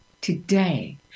today